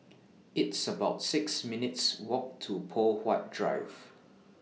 It's about six minutes' Walk to Poh Huat Drive